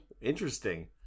Interesting